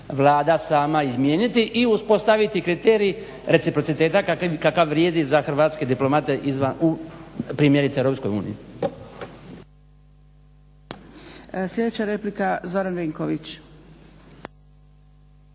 Vlada i sama izmijeniti i uspostaviti kriterij reciprociteta kakav vrijedi za hrvatske diplomate u, primjerice EU.